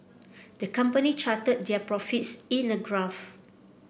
the company charted their profits in a graph